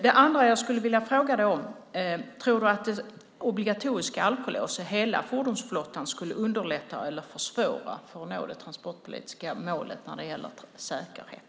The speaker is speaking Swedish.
Det andra jag skulle vilja fråga Malin Löfsjögård är: Tror hon att obligatoriska alkolås i hela fordonsflottan skulle underlätta eller försvåra att nå det transportpolitiska målet när det gäller säkerhet?